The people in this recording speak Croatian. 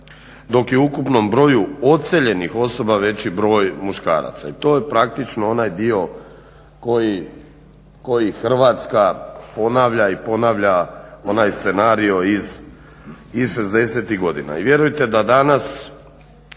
dok je u ukupnom broju odseljenih osoba veći broj muškaraca. I to je praktično onaj dio koji Hrvatska ponavlja i ponavlja onaj scenario iz šezdesetih godina. I vjerujte da danas